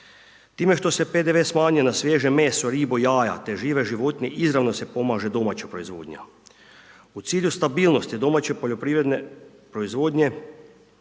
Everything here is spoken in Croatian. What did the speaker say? Time što se PDV smanjuje na svježe meso, ribe, jaja te žive životinje izravno se pomaže domaća proizvodnja. U cilju stabilnosti domaće poljoprivredne proizvodnje